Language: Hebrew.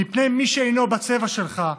מפני מי שאינו בצבע שלך,